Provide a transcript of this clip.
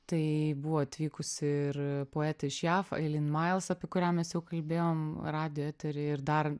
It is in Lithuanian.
tai buvo atvykusi ir poetė iš jav eilin mails apie kurią mes jau kalbėjom radijo etery ir dar